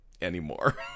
anymore